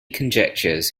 conjectures